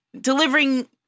delivering